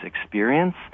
experience